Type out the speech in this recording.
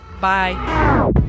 Bye